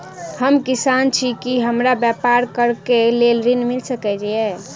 हम किसान छी की हमरा ब्यपार करऽ केँ लेल ऋण मिल सकैत ये?